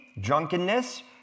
drunkenness